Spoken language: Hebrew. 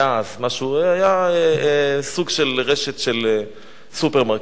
זה היה סוג של רשת סופרמרקטים.